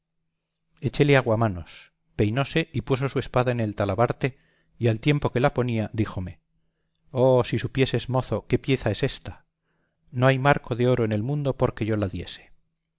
espacio echéle aguamanos peinóse y puso su espada en el talabarte y al tiempo que la ponía díjome oh si supieses mozo qué pieza es ésta no hay marco de oro en el mundo por que yo la diese